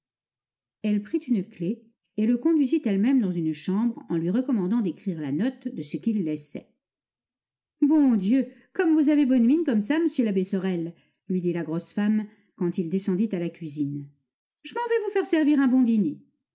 elle prit une clef et le conduisit elle-même dans une chambre en lui recommandant d'écrire la note de ce qu'il laissait bon dieu que vous avez bonne mine comme ça monsieur l'abbé sorel lui dit la grosse femme quand il descendit à la cuisine je m'en vais vous faire servir un bon dîner